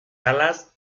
alas